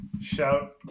Shout